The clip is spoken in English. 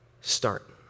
start